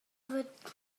wird